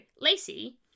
Lacey